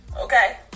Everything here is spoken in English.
Okay